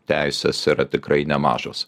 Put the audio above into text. teisės yra tikrai nemažos